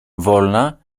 wolna